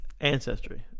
ancestry